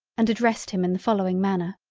and addressed him in the following manner.